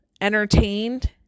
entertained